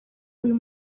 uyu